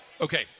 Okay